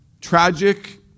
tragic